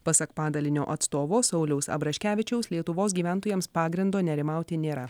pasak padalinio atstovo sauliaus abraškevičiaus lietuvos gyventojams pagrindo nerimauti nėra